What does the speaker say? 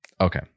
okay